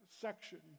section